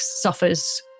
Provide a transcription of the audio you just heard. suffers